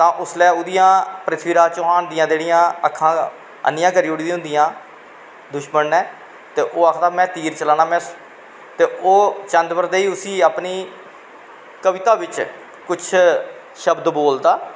तां उसलै जेह्ड़ियां पृथ्वीराज चौहान दियां अक्खां अन्नियां करी ओड़ी दियां होंदियां तो ओह् आखदा में तीर चलाना ते ओह् चन्दबरदेई उसी अपनी कविता बिच्च कुश शब्द बोलदा